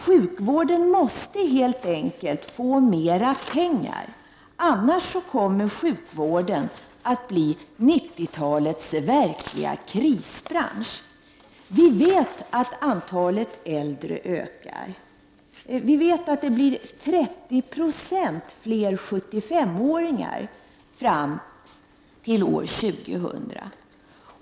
Sjukvården måste helt enkelt få mer pengar, annars kommer sjukvården att bli 90-talets verkliga krisbransch. Vi vet att antalet äldre ökar. Vi vet att det blir 30 26 fler 75-åringar fram till år 2000.